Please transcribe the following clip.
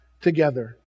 together